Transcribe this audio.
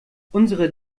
unsere